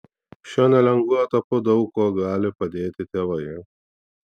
šiuo nelengvu etapu daug kuo gali padėti tėvai